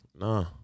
Nah